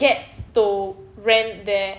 gets to rent there